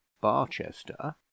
barchester